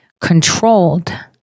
controlled